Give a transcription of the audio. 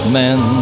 men